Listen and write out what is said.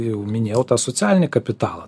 jau minėjau tą socialinį kapitalą